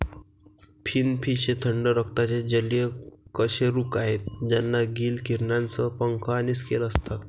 finfish हे थंड रक्ताचे जलीय कशेरुक आहेत ज्यांना गिल किरणांसह पंख आणि स्केल असतात